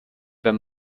wenn